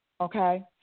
okay